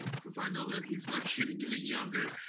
ah cause i know that he's not kidding any younger.